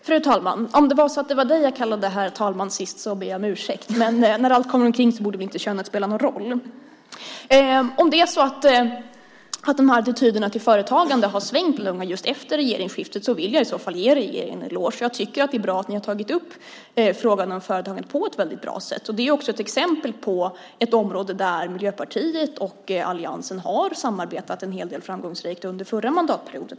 Fru talman! Om det är så att attityden till företagande har svängt bland unga just efter regeringsskiftet vill jag ge regeringen en eloge. Jag tycker att ni har tagit upp frågan om företagande på ett väldigt bra sätt. Det är också ett exempel på ett område där Miljöpartiet och alliansen samarbetade framgångsrikt en hel del under förra mandatperioden.